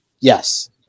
yes